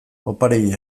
opariei